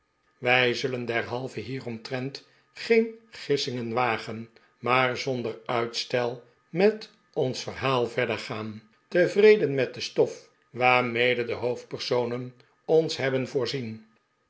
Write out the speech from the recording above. wij zullen derhalve hieromtrent geen gissingen wagen maar zonder uitstel met ons verhaal verder gaan tevreden met de stof waarmede de hoofdpersonen ons hebben voorzien